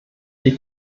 die